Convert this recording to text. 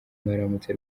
mwaramutse